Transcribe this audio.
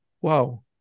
Wow